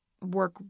work